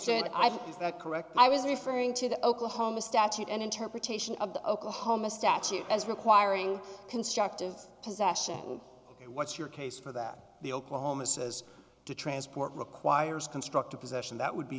think is that correct i was referring to the oklahoma statute an interpretation of the oklahoma statute as requiring constructive possession and what's your case for that the oklahoma says to transport requires constructive possession that would be